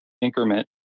increment